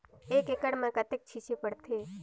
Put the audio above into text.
एक एकड़ मे कतेक छीचे पड़थे?